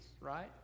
right